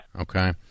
Okay